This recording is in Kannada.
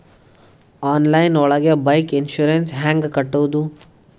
ಆನ್ಲೈನ್ ಒಳಗೆ ಬೈಕ್ ಇನ್ಸೂರೆನ್ಸ್ ಹ್ಯಾಂಗ್ ಕಟ್ಟುದು?